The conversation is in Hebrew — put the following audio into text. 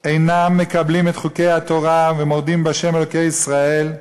אינם מקבלים את חוקי התורה ומורדים בה' אלוהי ישראל,